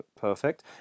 perfect